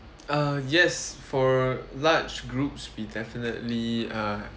uh yes for large groups we definitely uh